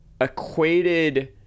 equated